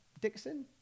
Dixon